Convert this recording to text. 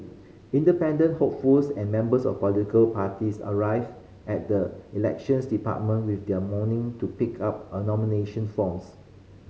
independent hopefuls and members of political parties arrived at the Elections Department with their morning to pick up nomination forms